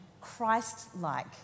Christ-like